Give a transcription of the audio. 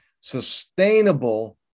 Sustainable